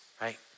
right